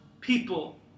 people